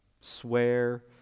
swear